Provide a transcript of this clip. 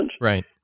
Right